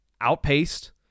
outpaced